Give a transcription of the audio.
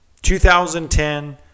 2010